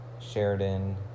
Sheridan